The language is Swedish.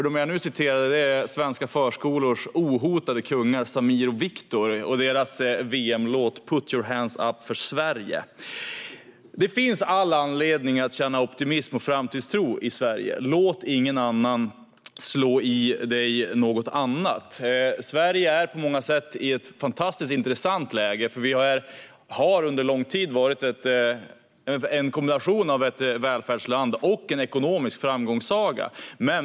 De jag nu citerade är svenska förskolors ohotade kungar, Samir och Viktor, och deras VM-låt Put Your Hands Up för Sverige . Det finns all anledning att känna optimism och framtidstro i Sverige - låt ingen slå i dig något annat! Sverige är på många sätt i ett fantastiskt intressant läge, för vi har under lång tid varit en kombination av ett välfärdsland och en ekonomisk framgångssaga.